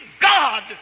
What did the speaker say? God